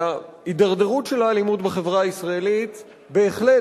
וההידרדרות של האלימות בחברה הישראלית בהחלט